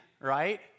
right